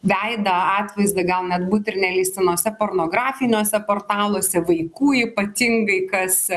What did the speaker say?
veidą atvaizdą gal net būt ir neleistinose pornografiniuose portaluose vaikų ypatingai kas